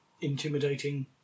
intimidating